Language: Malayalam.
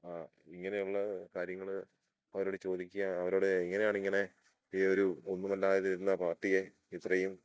ആ ഇങ്ങനെയുള്ള കാര്യങ്ങൾ അവരോട് ചോദിക്കാൻ അവരോട് എങ്ങനെയാണ് ഇങ്ങനെ ഈ ഒരു ഒന്നുമല്ലാതിരുന്ന പാർട്ടിയെ ഇത്രയും